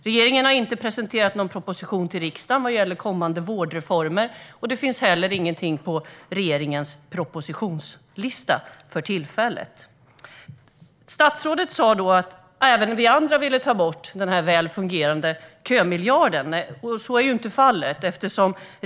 Regeringen har inte presenterat någon proposition till riksdagen vad gäller kommande vårdreformer, och det finns heller ingenting på regeringens propositionslista för tillfället. Statsrådet sa att även vi andra ville ta bort den väl fungerande kömiljarden. Så är ju inte fallet.